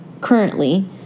currently